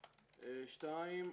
שתיים,